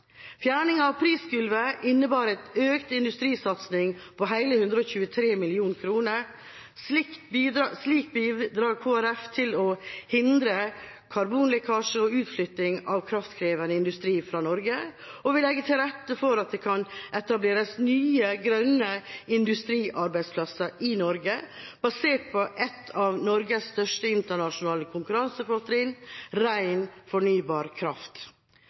Fjerning av prisgulvet innebærer en økt industrisatsing på hele 123 mill. kr. Slik bidrar Kristelig Folkeparti til å hindre karbonlekkasje og utflytting av kraftkrevende industri fra Norge, og vi legger til rette for at det kan etableres nye grønne industriarbeidsplasser i Norge basert på et av Norges største internasjonale konkurransefortrinn, ren fornybar kraft.